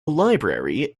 library